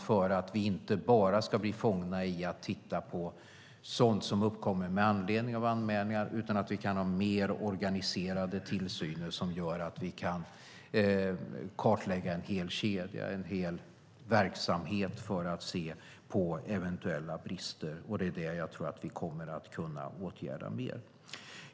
För att inte bara fångas av sådant som uppkommer med anledning av anmälningar ska man ha mer organiserade tillsyner som kan kartlägga en hel kedja, en hel verksamhet, för att hitta eventuella brister. Fler sådana brister tror jag att man kommer att kunna åtgärda.